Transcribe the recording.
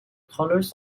colors